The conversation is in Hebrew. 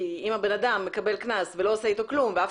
אם אדם מקבל קנס והוא לא עושה איתו כלום ואף